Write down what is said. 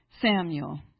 Samuel